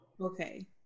okay